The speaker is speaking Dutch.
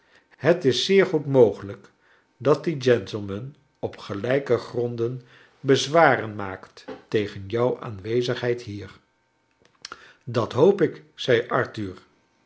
het is zeer goed mogelijk dat die gentleman op gelijke gronden bezwaren maakt tegen jou aanwezigheid hier e at hoop ik zei arthur